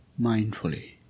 mindfully